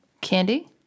candy